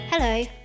Hello